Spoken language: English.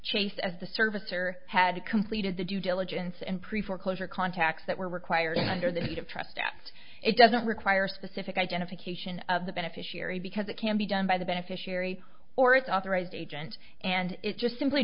chase as the servicer had completed the due diligence and pre foreclosure contacts that were required under the deed of trust act it doesn't require specific identification of the beneficiary because it can be done by the beneficiary or is authorized agent and it just simply